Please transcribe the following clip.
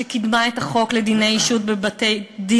שקידמה את החוק לדיני אישות בבתי-דין